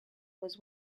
was